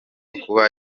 kuba